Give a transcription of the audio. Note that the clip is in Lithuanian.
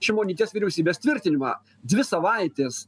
šimonytės vyriausybės tvirtinimą dvi savaitės